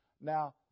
Now